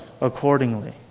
accordingly